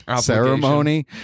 ceremony